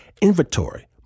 inventory